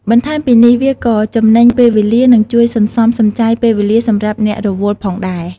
បន្ថែមពីនេះវាក៏ចំណេញពេលវេលា និងជួយសន្សំសំចៃពេលវេលាសម្រាប់អ្នករវល់ផងដែរ។